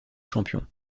champion